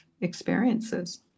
experiences